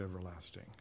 everlasting